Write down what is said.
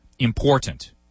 important